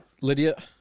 Lydia